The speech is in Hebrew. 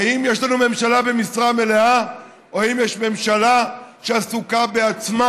האם יש לנו ממשלה במשרה מלאה או האם יש ממשלה שעסוקה בעצמה?